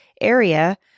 area